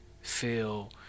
feel